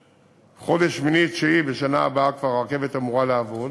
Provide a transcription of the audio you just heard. בחודש אוגוסט-ספטמבר בשנה הבאה הרכבת אמורה כבר לעבוד.